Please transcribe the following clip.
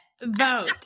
vote